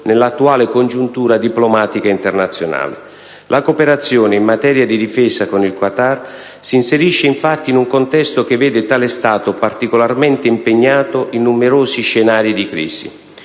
nell'attuale congiuntura diplomatica internazionale. La cooperazione in materia di difesa con il Qatar si inserisce, infatti, in un contesto che vede tale Stato particolarmente impegnato in numerosi scenari di crisi.